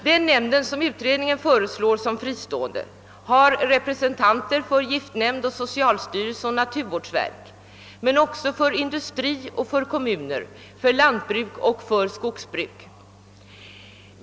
Den nämnd som utredningen föreslår vara fristående har representanter för giftnämnden, socialstyrelsen och naturvårdsverket men också för industri och kommuner, för lantbruk och skogsbruk.